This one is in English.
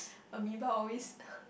amoeba always